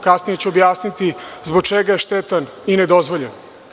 Kasnije ću objasniti zbog čega je štetan i nedozvoljen.